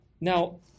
Now